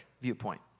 viewpoint